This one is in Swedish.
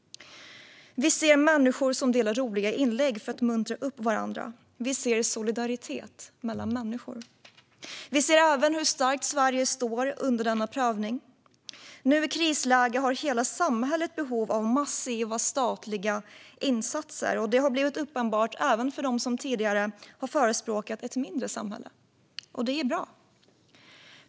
Vi ser människor som delar roliga inlägg för att muntra upp varandra. Vi ser solidaritet mellan människor. Vi ser även hur starkt Sverige står under denna prövning. Nu i krisläge har hela samhället behov av massiva statliga insatser. Det har blivit uppenbart även för dem som tidigare har förespråkat ett mindre samhälle. Det är bra.